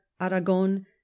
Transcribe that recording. Aragon